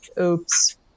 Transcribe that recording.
oops